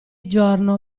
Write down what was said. giorno